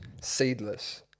seedless